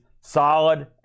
solid